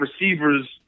receivers